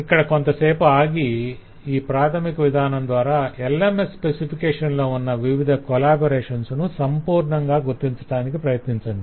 ఇక్కడ కొంతసేపు ఆగి ఈ ప్రాధమిక విధానం ద్వారా LMS స్పెసిఫికేషన్ లో ఉన్న వివిధ కొలాబరేషన్స్ ను సంపూర్ణంగా గుర్తించటానికి ప్రయత్నించండి